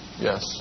Yes